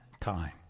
time